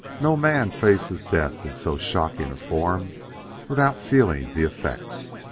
no man faces death in so shocking a form without feeling the effects.